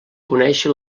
conèixer